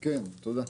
כן, תודה.